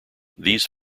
these